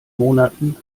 monaten